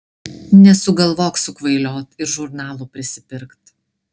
nesugalvok sukvailiot ir žurnalų prisipirkt